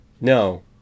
no